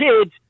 kids